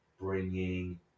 bringing